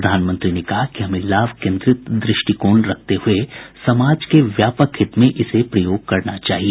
प्रधानमंत्री ने कहा कि हमें लाभ केंद्रित दृष्टिकोण रखते हुए इसे समाज के व्यापक हित में प्रयोग करना चाहिए